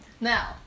Now